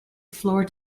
floor